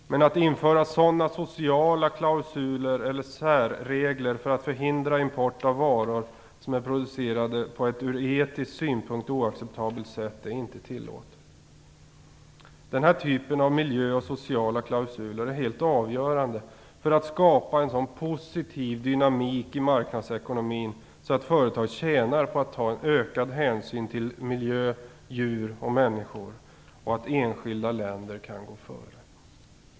Men att införa sådana sociala klausuler eller särregler för att förhindra import av varor som är producerade på ett ur etisk synpunkt oacceptabelt sätt är inte tillåtet. Denna typ av miljöklausuler och sociala klausuler är helt avgörande för att skapa en så positiv dynamik i marknadsekonomin så att företagen tjänar på att ta ökad hänsyn till miljö, djur och människor och så att enskilda länder kan gå före.